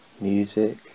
music